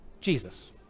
Jesus